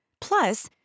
Plus